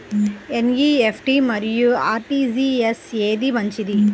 NEFT మరియు RTGS ఏది మంచిది?